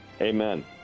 Amen